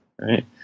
Right